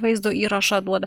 vaizdo įrašą duoda